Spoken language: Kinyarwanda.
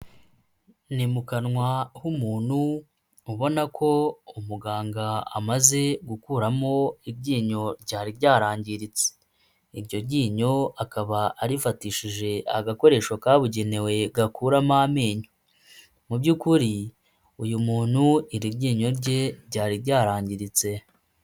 Ni mu kanwa h'umuntu, ubona ko umuganga amaze gukuramo iryinyo ryari ryarangiritse, iryo ryinyo akaba arifatishije agakoresho kabugenewe gakuramo amenyo, mu by'ukuri uyu muntu, iri ryinyo rye ryari ryarangiritse.